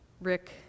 Rick